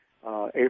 April